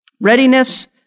readiness